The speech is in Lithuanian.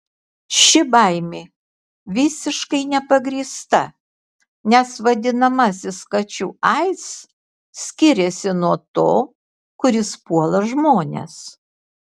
ši baimė visiškai nepagrįsta nes vadinamasis kačių aids skiriasi nuo to kuris puola žmones